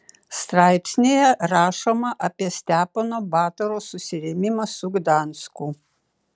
straipsnyje rašoma apie stepono batoro susirėmimą su gdansku